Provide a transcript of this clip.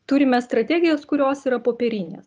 turime strategijas kurios yra popierinės